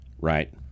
Right